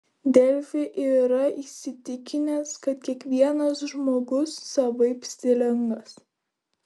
delfi yra įsitikinęs kad kiekvienas žmogus savaip stilingas